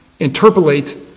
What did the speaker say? interpolate